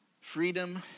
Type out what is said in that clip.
freedom